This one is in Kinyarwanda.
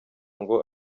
ngo